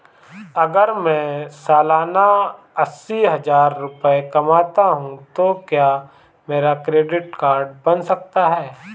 अगर मैं सालाना अस्सी हज़ार रुपये कमाता हूं तो क्या मेरा क्रेडिट कार्ड बन सकता है?